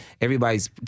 everybody's